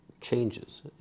changes